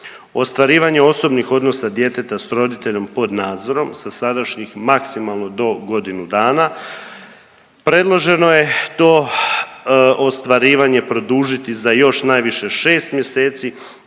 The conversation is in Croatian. Ostvarivanje osobnih odnosa djeteta s roditeljem pod nadzorom sa sadašnjih maksimalno do godinu dana predloženo je to ostvarivanje produžiti za još najviše šest mjeseci